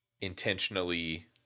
intentionally